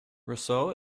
roseau